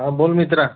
हां बोल मित्रा